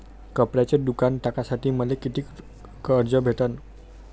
कपड्याचं दुकान टाकासाठी मले कितीक कर्ज भेटन?